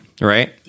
Right